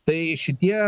tai šitie